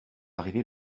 arrivé